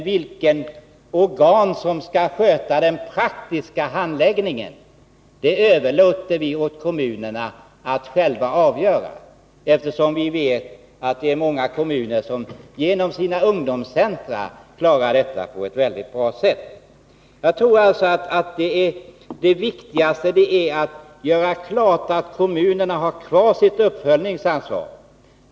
Vilket organ som skall sköta den praktiska handläggningen överlåter vi åt kommunerna att själva avgöra, eftersom vi vet att många kommuner genom sina ungdomscentra klarar detta på ett väldigt bra sätt. Jag tror alltså att det viktigaste är att göra klart att kommunerna har kvar sitt uppföljningsansvar.